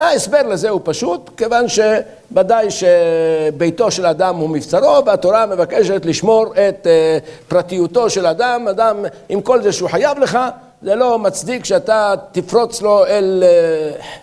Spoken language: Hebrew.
ההסבר לזה הוא פשוט, כיוון שוודאי שביתו של אדם הוא מבצרו והתורה מבקשת לשמור את פרטיותו של אדם, אדם עם כל זה שהוא חייב לך, זה לא מצדיק שאתה תפרוץ לו אל...